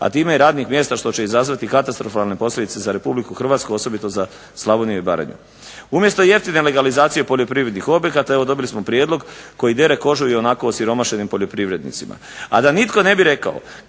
a time i radnih mjesta što će izazvati katastrofalne posljedice za Republiku Hrvatsku osobito za Slavoniju i Baranju. Umjesto jeftine legalizacije poljoprivrednih objekata evo dobili smo prijedlog koji dere kožu i onako osiromašenim poljoprivrednicima, a da nitko ne bi rekao